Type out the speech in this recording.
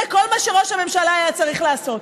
זה כל מה שראש הממשלה היה צריך לעשות.